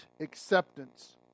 acceptance